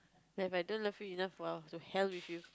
If I don't love you enough !wow! to hell with you